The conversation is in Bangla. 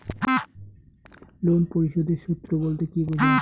লোন পরিশোধের সূএ বলতে কি বোঝায়?